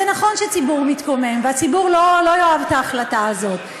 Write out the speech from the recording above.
זה נכון שהציבור מתקומם והציבור לא יאהב את ההחלטה הזאת,